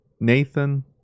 Nathan